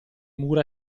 mura